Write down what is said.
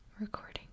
recording